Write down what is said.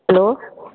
hello